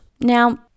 Now